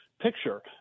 picture